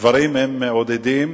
הדברים מעודדים,